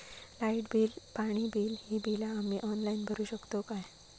Light bill, पाणी bill, ही बिला आम्ही ऑनलाइन भरू शकतय का?